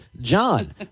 John